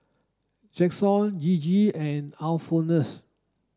Jaxon Gigi and Alphonsus